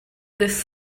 this